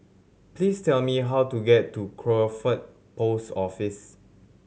please tell me how to get to Crawford Post Office